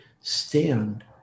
stand